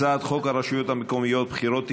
הצעת חוק הרשויות המקומיות (בחירות)